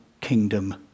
kingdom